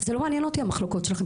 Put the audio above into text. --- זה לא מעניין אותי המחלוקות שלכם.